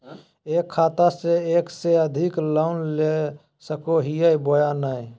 एक खाता से एक से अधिक लोन ले सको हियय बोया नय?